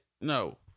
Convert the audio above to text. No